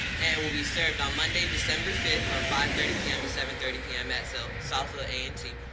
and will be served on monday, december fifth from five thirty p m. to seven thirty p m. at so southfield a and t.